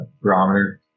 barometer